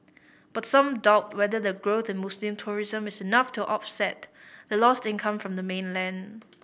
but some doubt whether the growth in Muslim tourism is enough to offset the lost income from the mainland